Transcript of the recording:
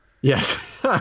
Yes